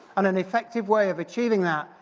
and an effective way of achieving that,